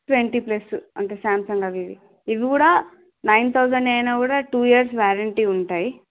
twenty plus అంతే Samsung అవి ఇవి ఇవి కూడా నైన్ తౌసండ్ అయినా కూడా టూ ఇయర్స్ వారంటీ ఉంటాయి